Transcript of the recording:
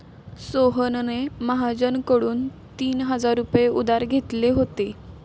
सोहनने महाजनकडून तीन हजार रुपये उधार घेतले होते